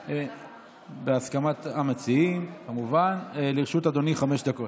אני מאפשר, בהסכמת המציעים, גם לשר העבודה